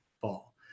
ball